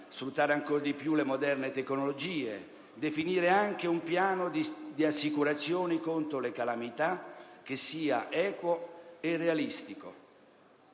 sfruttare ancor di più le moderne tecnologie e definire anche un piano di assicurazioni contro le calamità che sia equo e realistico.